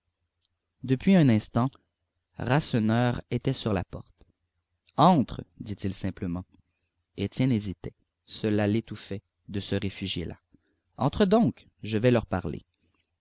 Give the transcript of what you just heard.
depuis un instant rasseneur était sur sa porte entre dit-il simplement étienne hésitait cela l'étouffait de se réfugier là entre donc je vais leur parler